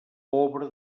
pobre